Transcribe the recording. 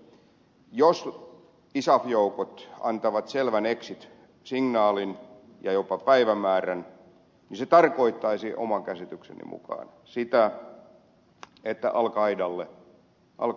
mutta puhemies jos isaf joukot antavat selvän exit signaalin ja jopa päivämäärän niin se tarkoittaisi oman käsitykseni mukaan sitä että al